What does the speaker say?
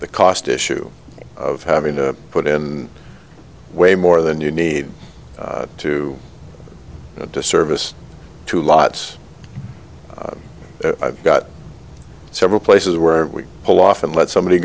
cost issue of having to put in way more than you need to a disservice to lots i've got several places where we pull off and let somebody